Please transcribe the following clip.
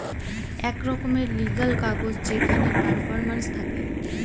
এক রকমের লিগ্যাল কাগজ যেখানে পারফরম্যান্স থাকে